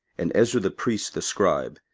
and ezra the priest the scribe,